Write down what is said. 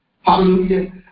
Hallelujah